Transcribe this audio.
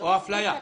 או אפליה.